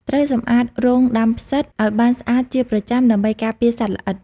ត្រូវសម្អាតរោងដាំផ្សិតឲ្យបានស្អាតជាប្រចាំ ដើម្បីការពារសត្វល្អិត។